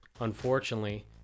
unfortunately